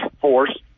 force